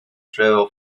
travel